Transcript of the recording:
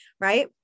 Right